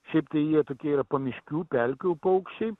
šiaip tai jie tokie yra pamiškių pelkių paukščiai